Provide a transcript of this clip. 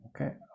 Okay